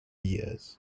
years